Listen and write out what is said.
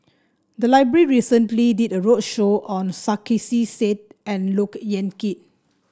the library recently did a roadshow on Sarkasi Said and Look Yan Kit